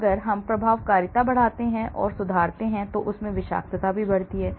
अगर मैं प्रभावकारिता बढ़ाता हूं और सुधारता हूं तो उसमें विषाक्तता भी है